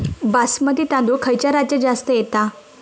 बासमती तांदूळ खयच्या राज्यात जास्त येता?